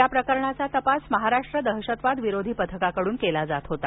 या प्रकरणाचा तपास महाराष्ट्र दहशतवाद विरोधी पथकाकडून केला जात होता